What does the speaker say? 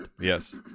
Yes